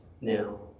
now